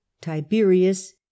Tiberius